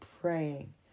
praying